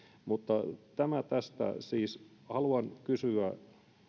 mutta tämä tästä siis haluan kysyä